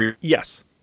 Yes